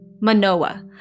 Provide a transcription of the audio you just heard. Manoa